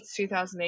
2008